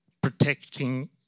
protecting